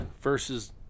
versus